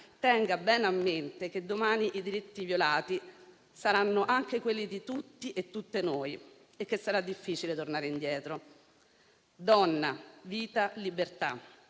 tenga bene a mente che domani i diritti violati saranno anche quelli di tutti e tutte noi e che sarà difficile tornare indietro. «Donna, vita, libertà»: